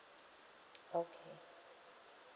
okay